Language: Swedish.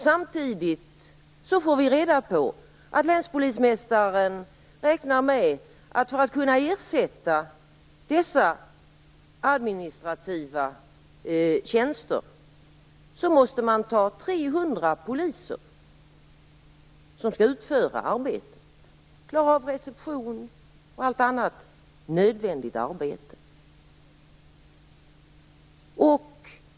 Samtidigt får vi reda på att länspolismästaren räknar med att man för att kunna ersätta dessa administrativa tjänster måste ta 300 poliser som skall utföra arbetet - som skall klara av reception och allt annat nödvändigt arbete.